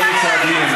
בלי יוצא מן הכלל.